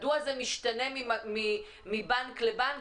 מדוע זה משתנה מבנק לבנק,